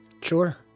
Sure